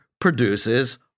produces